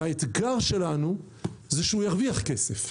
האתגר שלנו הוא שהוא ירוויח כסף.